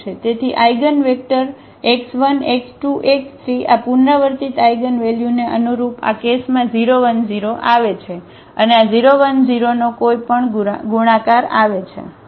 તેથી eigenvector x 1 x 2 x 3 આ પુનરાવર્તિત આઇગનવેલ્યુને અનુરૂપ આ કેસમાં 0 1 0 આવે છે અને આ 0 1 0 નો કોઈપણ ગુણાકાર આવે છે